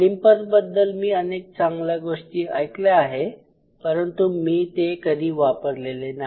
Olympus बद्दल मी अनेक चांगल्या गोष्टी ऐकल्या आहेत परंतु मी ते कधी वापरलेले नाही